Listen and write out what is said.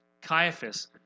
Caiaphas